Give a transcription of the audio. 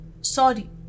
sorry